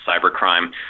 cybercrime